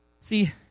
See